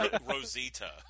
Rosita